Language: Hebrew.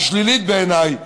השלילית בעיניי,